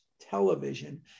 television